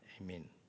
Amen